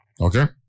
okay